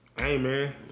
Amen